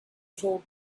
told